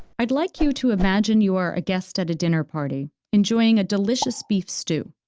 i'd like you to imagine you are a guest at a dinner party, enjoying a delicious beef stew,